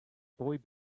boy